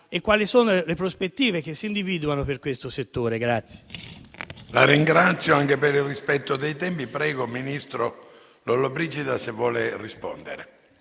e quali sono le prospettive che si individuano per questo settore.